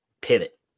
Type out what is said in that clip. pivot